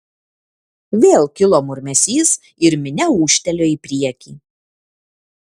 vėl kilo murmesys ir minia ūžtelėjo į priekį